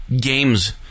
games